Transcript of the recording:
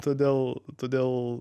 todėl todėl